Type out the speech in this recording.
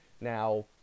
Now